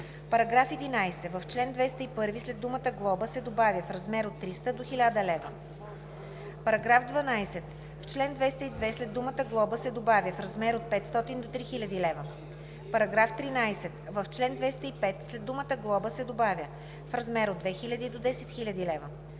лв.“. § 11. В чл. 201 след думата „глоба“ се добавя „в размер от 300 до 1000 лв.“. § 12. В чл. 202 след думата „глоба“ се добавя „в размер от 500 до 3000 лв.“. § 13. В чл. 205 след думата „глоба“ се добавя „в размер от 2000 до 10 000 лв.“.